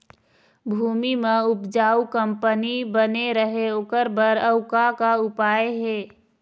भूमि म उपजाऊ कंपनी बने रहे ओकर बर अउ का का उपाय हे?